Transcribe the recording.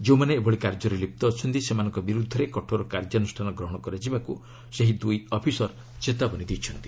ଯେଉଁମାନେ ଏଭଳି କାର୍ଯ୍ୟରେ ଲିପ୍ତ ଅଛନ୍ତି ସେମାନଙ୍କ ବିରୁଦ୍ଧରେ କଠୋର କାର୍ଯ୍ୟାନୁଷ୍ଠାନ ଗ୍ରହଣ କରାଯିବାକୁ ସେହି ଦୁଇ ଅଫିସର ଚେତାବନୀ ଦେଇଛନ୍ତି